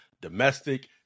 domestic